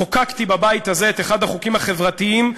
חוקקתי בבית הזה את אחד החוקים החברתיים,